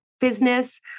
business